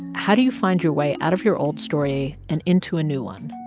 how do you find your way out of your old story and into a new one?